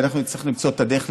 ואנחנו נצטרך למצוא את הדרך,